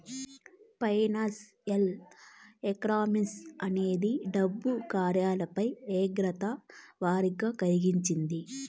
financial economics అనేది డబ్బు కార్యకాలపాలపై ఏకాగ్రత వర్గీకరించింది